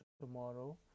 tomorrow